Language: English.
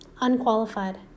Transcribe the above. unqualified